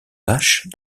taches